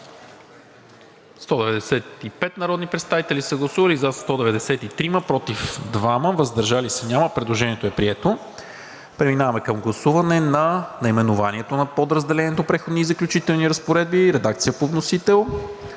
195 народни представители: за 193, против 2, въздържали се няма. Предложението е прието. Преминаваме към гласуване на наименованието на подразделението „Преходни и заключителни разпоредби“ – редакция по вносител;